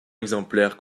exemplaire